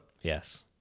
Yes